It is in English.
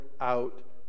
out